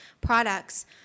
products